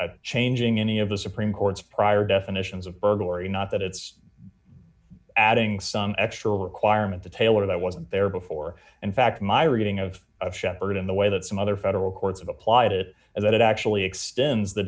is changing any of the supreme court's prior definitions of burglary not that it's adding some extra requirement the tailor that wasn't there before and fact my reading of a shepherd in the way that some other federal courts have applied it and that it actually extends the